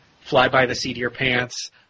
fly-by-the-seat-of-your-pants